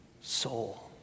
soul